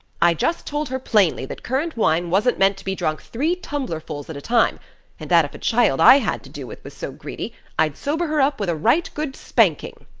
i just told her plainly that currant wine wasn't meant to be drunk three tumblerfuls at a time and that if a child i had to do with was so greedy i'd sober her up with a right good spanking.